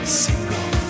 single